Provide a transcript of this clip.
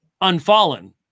unfallen